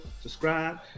subscribe